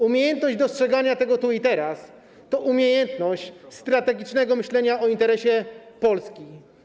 Umiejętność dostrzegania tego tu i teraz to umiejętność strategicznego myślenia o interesie polskim.